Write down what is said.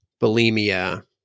bulimia